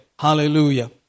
Hallelujah